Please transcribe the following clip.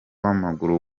w’amaguru